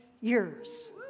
years